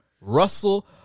Russell